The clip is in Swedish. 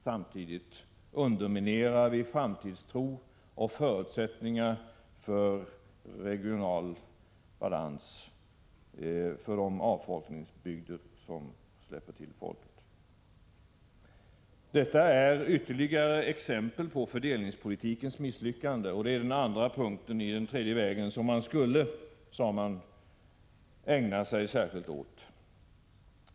Samtidigt underminerar vi framtidstro och förutsättningar för regional balans i de avfolkningsbygder som släpper till folk. Detta är ytterligare exempel på fördelningspolitikens misslyckande. Det är den andra punkten i den tredje vägens politik som man sade att man särskilt skulle ägna sig åt.